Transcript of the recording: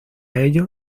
ello